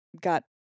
got